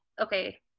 okay